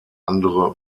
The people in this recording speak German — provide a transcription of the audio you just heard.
andere